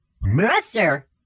Master